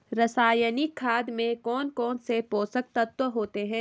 रासायनिक खाद में कौन कौन से पोषक तत्व होते हैं?